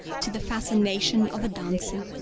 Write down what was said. to the fascination of a dancer.